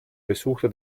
besuchte